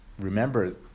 remember